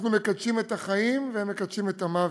אנחנו מקדשים את החיים, והם מקדשים את המוות.